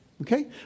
Okay